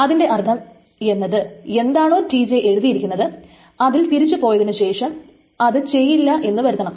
അതിന്റെ അർത്ഥം എന്നത് എന്താണോ Tj എഴുതിയിരിക്കുന്നത് അതിൽ തിരിച്ചു പോയതിനു ശേഷം അത് ചെയ്തില്ല എന്ന് വരുത്തണം